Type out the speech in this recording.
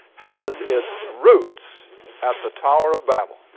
has its roots at the tower of babel.